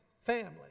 family